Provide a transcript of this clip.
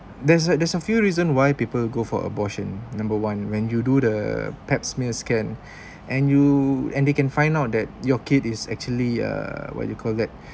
there's a there's a few reason why people go for abortion number one when you do the pap smear scan and you and they can find out that your kid is actually uh what you call that